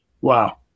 Wow